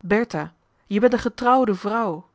bertha je bent een getrouwde vrouw